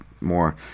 more